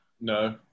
No